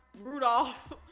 Rudolph